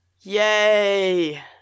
Yay